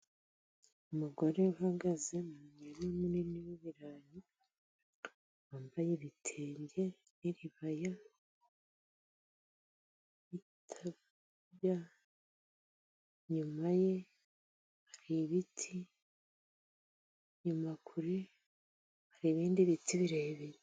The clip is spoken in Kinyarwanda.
Umugore uhagaze mu murima munini w'ibirayi, wambaye ibitenge n'iribaya, inyuma ye hari ibiti, inyuma kure hari ibindi biti birebire.